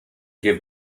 give